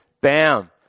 Bam